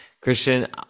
Christian